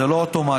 זה לא אוטומטי,